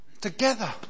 together